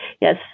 yes